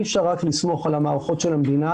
אי אפשר רק לסמוך על המערכות של המדינה